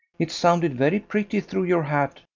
it sounded very pretty through your hat,